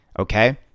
Okay